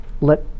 let